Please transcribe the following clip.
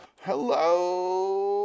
Hello